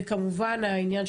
בוודאי שזה